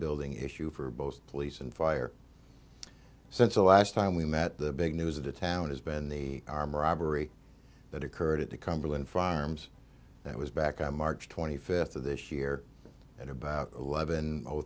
building issue for both police and fire since the last time we met the big news at a town has been the arm robbery that occurred at the cumberland farms that was back on march twenty fifth of this year at about eleven o